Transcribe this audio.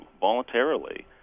voluntarily